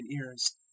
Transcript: ears